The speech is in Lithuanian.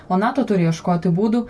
o nato turi ieškoti būdų